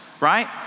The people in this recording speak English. right